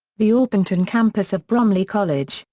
the orpington campus of bromley college,